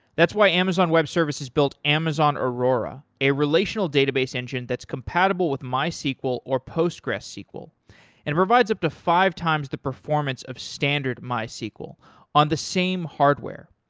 that's why amazon web services built amazon aurora a relational database engine that's compatible with mysql or postgresql and provides up to five times the performance of standard mysql on the same hardware.